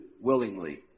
willingly